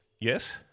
Yes